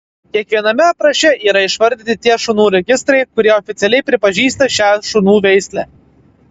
kiekviename apraše yra išvardyti tie šunų registrai kurie oficialiai pripažįsta šią šunų veislę